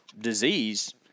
disease